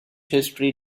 history